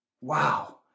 Wow